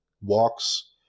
walks